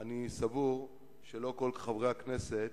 אני סבור שלא כל חברי הכנסת,